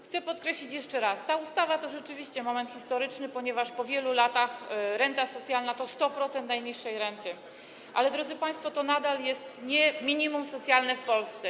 Chcę podkreślić jeszcze raz: ta ustawa to rzeczywiście moment historyczny, ponieważ po wielu latach renta socjalna to 100% najniższej renty, ale, drodzy państwo, to nadal nie jest minimum socjalne w Polsce.